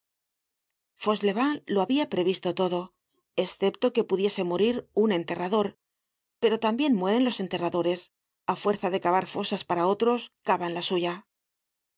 muerto fauchelevent lo habia previsto todo escepto que pudiese morir un enterrador pero tambien mueren los enterradores á fuerza de cavar losas para otros cavan la suya el